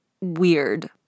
weird